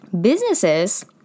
businesses